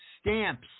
stamps